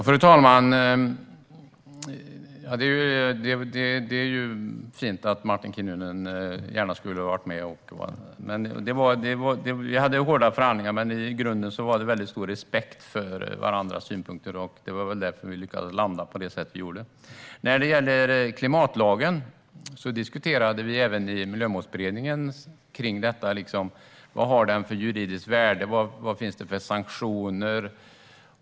Fru talman! Det är fint att Martin Kinnunen gärna skulle ha velat vara med. Vi hade hårda förhandlingar, men i grunden fanns det stor respekt för varandras synpunkter, och det var väl därför vi lyckades landa på det sätt vi gjorde. När det gäller klimatlagen diskuterade vi även i Miljömålsberedningen vad den har för juridiskt värde och vad det finns för sanktioner.